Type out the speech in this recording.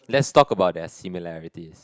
let's talk about their similarities